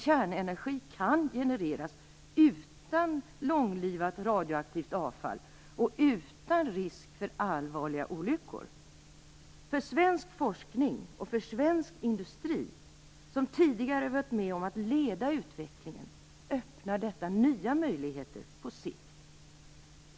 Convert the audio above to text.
Kärnenergi kan genereras utan långlivat radioaktivt avfall och utan risk för allvarliga olyckor. För svensk forskning och för svensk industri, som tidigare varit med om att leda utvecklingen, öppnar detta nya möjligheter på sikt.